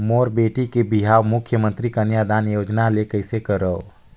मोर बेटी के बिहाव मुख्यमंतरी कन्यादान योजना ले कइसे करव?